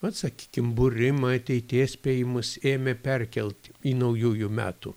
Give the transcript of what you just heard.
vat sakykim būrimą ateities spėjimus ėmė perkelt į naujųjų metų